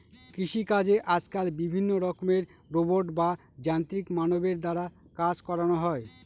কৃষিকাজে আজকাল বিভিন্ন রকমের রোবট বা যান্ত্রিক মানবের দ্বারা কাজ করানো হয়